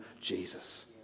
Jesus